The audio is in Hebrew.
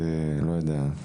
אגב, אנחנו